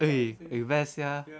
eh eh best sia